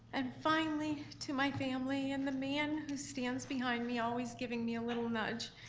and finally, to my family and the man who stands behind me, always giving me a little nudge.